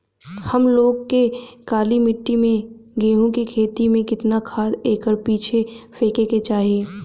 हम लोग के काली मिट्टी में गेहूँ के खेती में कितना खाद एकड़ पीछे फेके के चाही?